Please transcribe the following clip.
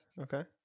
okay